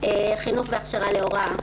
והכשרה להוראה.